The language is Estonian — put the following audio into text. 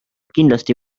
kindlasti